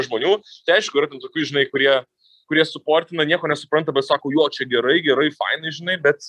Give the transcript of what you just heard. žmonių aišku yra ten tokių žinai kurie kurie suportina nieko nesupranta bet sako juo čia gerai gerai fainai žinai bet